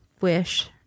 wish